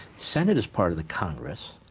senate is part of the congress